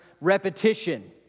repetition